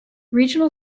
regional